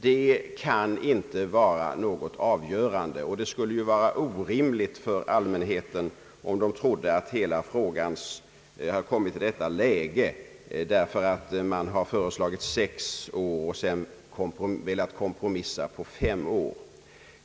Det vore orimligt för allmänheten att tro att frågan kommit i detta läge därför att oppositionen föreslagit sex år och man sedan velat kompromissa på fem år.